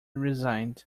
resigned